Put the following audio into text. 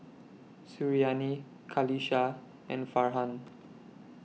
Suriani Qalisha and Farhan